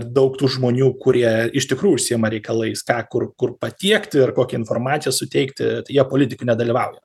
daug tų žmonių kurie iš tikrųjų užsiima reikalais ką kur kur patiekti ir kokią informaciją suteikti tai jie politikoj nedalyvauja